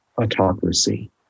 autocracy